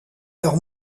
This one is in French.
leur